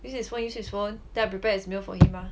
use his phone use his phone then I prepare his meals for him mah